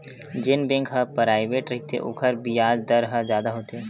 जेन बेंक ह पराइवेंट रहिथे ओखर बियाज दर ह जादा होथे